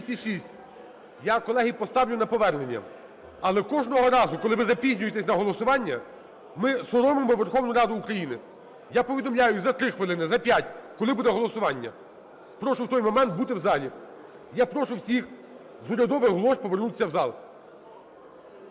Я, колеги, поставлю на повернення. Але кожного разу, коли ви запізнюєтесь на голосування, ми соромимо Верховну Раду України. Я повідомляю: за три хвилини, за п'ять, коли буде голосування, прошу в той момент бути в залі. Я прошу всіх з у рядових лож повернутися в зал.